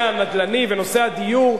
הנושא הנדל"ני ונושא הדיור,